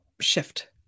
shift